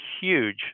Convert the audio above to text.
huge